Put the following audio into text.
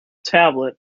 tablet